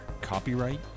Copyright